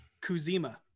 Kuzima